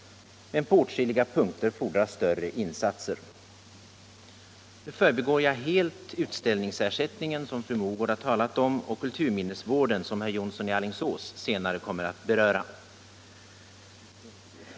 Men på åtskilliga punkter fordras större insatser. Nu förbigår jag helt utställningsersättningen, som fru Mogård har talat om, och kulturminnesvården, som herr Jonsson i Alingsås senare kommer att beröra.